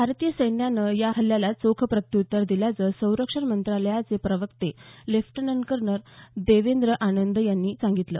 भारतीय सैन्यानंही या हल्ल्याला चोख प्रत्युत्तर दिल्याचं संरक्षण मंत्रालयाचे प्रवक्ते लेफ्टनंट कर्नल देवेंद्र आनंद यांनी सांगितलं